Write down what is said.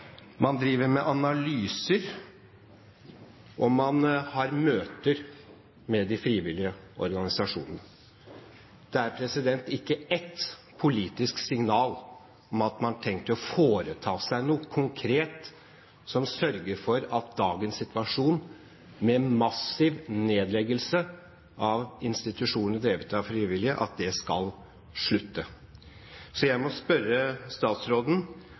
Man driver med analyser, og man har møter med de frivillige organisasjonene. Det er ikke ett politisk signal om at man har tenkt å foreta seg noe konkret som sørger for at det blir slutt på dagens situasjon, med massiv nedleggelse av institusjoner drevet av frivillige. Så jeg må spørre statsråden: